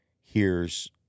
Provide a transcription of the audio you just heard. hears